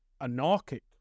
anarchic